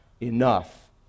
enough